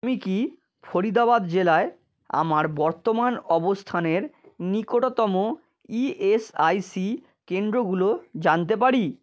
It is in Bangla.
আমি কি ফরিদাবাদ জেলায় আমার বর্তমান অবস্থানের নিকটতম ইএসআইসি কেন্দ্রগুলো জানতে পারি